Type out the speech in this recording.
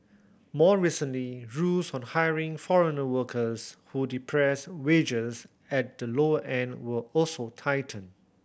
more recently rules on hiring foreign workers who depress wages at the lower end were also tightened